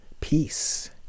peace